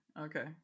okay